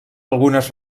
algunes